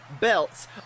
belts